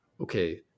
okay